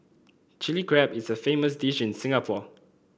Chilli Crab is a famous dish in Singapore